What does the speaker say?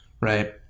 Right